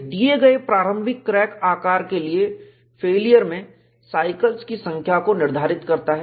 एक दिए गए प्रारंभिक क्रैक आकार के लिए फेलियर में साइकिल्स की संख्या को निर्धारित करता है